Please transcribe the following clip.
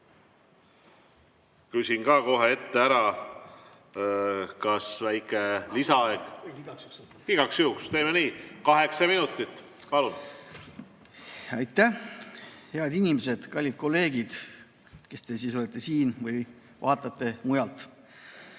Küsin ka kohe ette ära, kas väike lisaaeg igaks juhuks? Teeme nii, kaheksa minutit, palun. Aitäh! Head inimesed! Kallid kolleegid, kes te olete siin või vaatate mujalt!